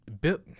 built